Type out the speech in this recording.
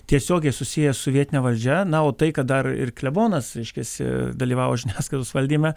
tiesiogiai susiję su vietine valdžia na o tai kad dar ir klebonas reiškiasi dalyvavo žiniasklaidos valdyme